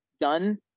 done